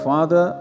Father